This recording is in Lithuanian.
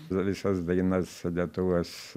visas dainas lietuvos